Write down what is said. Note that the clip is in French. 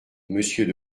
monsieur